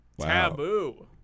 taboo